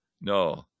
No